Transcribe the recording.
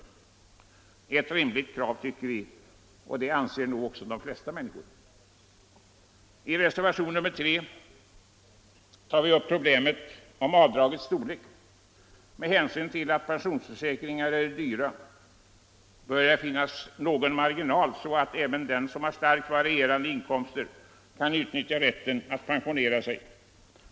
Det är ett rimligt krav, tycker vi, och det anser nog de flesta människor. I reservationen 3 tar vi upp problemet om avdragets storlek. Med hänsyn till att pensionsförsäkringar är dyra bör det finnas någon marginal, så att även den som har starkt varierande inkomster kan utnyttja rätten att pensionera sig.